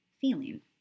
feeling